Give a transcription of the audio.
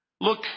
Look